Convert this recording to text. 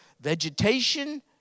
vegetation